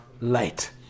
light